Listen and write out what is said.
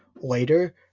later